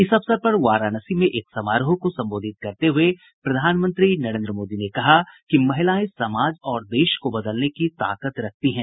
इस अवसर पर वाराणसी में एक समारोह को संबोधित करते हए प्रधानमंत्री नरेन्द्र मोदी ने कहा कि महिलाएं समाज और देश को बदलने की ताकत रखती हैं